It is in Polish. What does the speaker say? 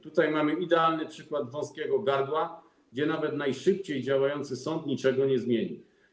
Tutaj mamy idealny przykład wąskiego gardła, gdzie nawet najszybciej działający sąd niczego nie zmieni.